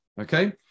Okay